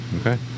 okay